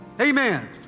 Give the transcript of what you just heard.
Amen